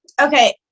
okay